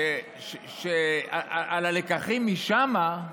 של הלקחים משם,